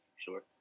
sure